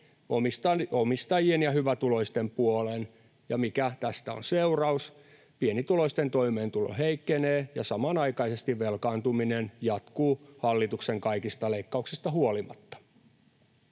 omistajien ja hyvätuloisten puolen, ja mikä tästä on seuraus? Pienituloisten toimeentulo heikkenee, ja samanaikaisesti velkaantuminen jatkuu hallituksen kaikista leikkauksista huolimatta.